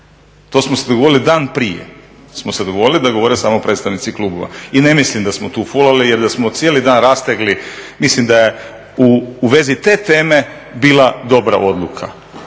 To smo se dogovorili dan prije smo se dogovorili da govore samo predstavnici klubova i ne mislim da smo tu fulali jer da smo cijeli dan rastegli, mislim da je u vezi te teme bila dobra odluka.